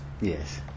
Yes